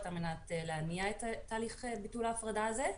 על מנת להניע את תהליך ביטול ההפרדה הזה.